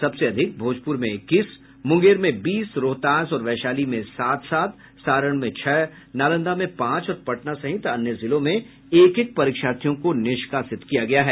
सबसे अधिक भोजपुर में इक्कीस मुंगेर में बीस रोहतास और वैशाली में सात सात सारण में छह नालंदा में पांच और पटना सहित अन्य जिलों में एक एक परीक्षार्थियों को निष्कासित किया गया है